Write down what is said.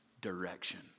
direction